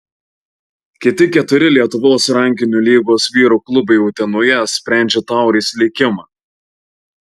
kiti keturi lietuvos rankinio lygos vyrų klubai utenoje sprendžia taurės likimą